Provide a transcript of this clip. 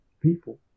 people